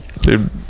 dude